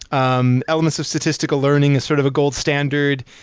um elements of statistical learning is sort of a gold standard.